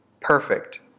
perfect